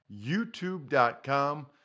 youtube.com